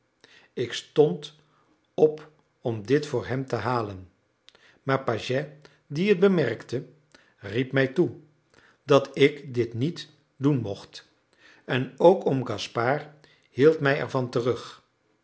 ik stond op om dit voor hem te halen maar pagès die het bemerkte riep mij toe dat ik dit niet doen mocht en ook oom gaspard hield mij ervan terug